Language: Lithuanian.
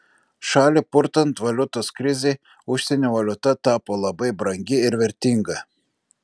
šalį purtant valiutos krizei užsienio valiuta tapo labai brangi ir vertinga